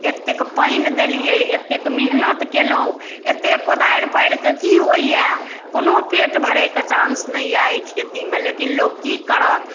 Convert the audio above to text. एतेक पानि देलियै एतेक मेहनत कयलहुँ एत्ते कोदारि पारिकऽ की होइए कोनो पेट भरैके चांस नहि यऽ अइ खेतीमे लेकिन लोक की करत